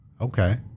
Okay